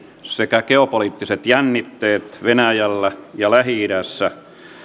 sekä geopoliittiset jännitteet venäjällä ja lähi idässä